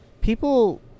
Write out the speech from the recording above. people